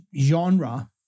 genre